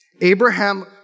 Abraham